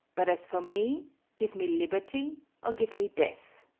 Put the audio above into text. but as for me give me liberty or give me death.